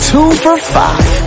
Two-for-Five